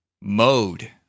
Mode